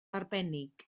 arbennig